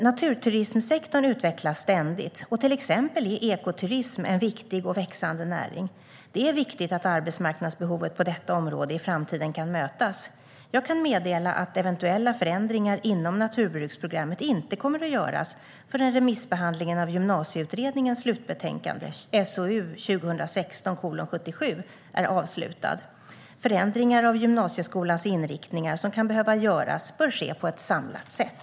Naturturismsektorn utvecklas ständigt. Till exempel är ekoturism en viktig och växande näring. Det är viktigt att arbetsmarknadsbehovet på detta område i framtiden kan mötas. Jag kan meddela att eventuella förändringar inom naturbruksprogrammet inte kommer att göras förrän remissbehandlingen av Gymnasieutredningens slutbetänkande - SOU 2016:77 - är avslutad. Förändringar av gymnasieskolans inriktningar som kan behöva göras bör ske på ett samlat sätt.